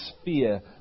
sphere